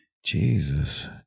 Jesus